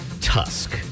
tusk